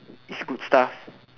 it's good stuff